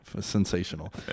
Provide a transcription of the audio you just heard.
sensational